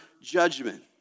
judgment